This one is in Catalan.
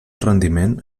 rendiment